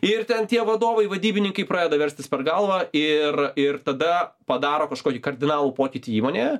ir ten tie vadovai vadybininkai pradeda verstis per galvą ir ir tada padaro kažkokį kardinalų pokytį įmonėje